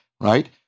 right